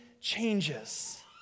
changes